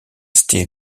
steel